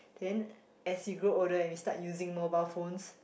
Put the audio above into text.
then as you grow older and start using mobile phones